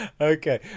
Okay